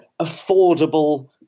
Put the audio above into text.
affordable